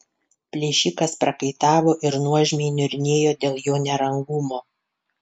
plėšikas prakaitavo ir nuožmiai niurnėjo dėl jo nerangumo